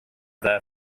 there